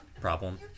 problem